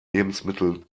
lebensmittel